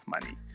money